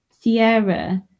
Sierra